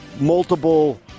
multiple